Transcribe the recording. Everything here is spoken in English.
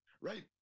right